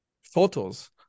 photos